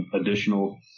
additional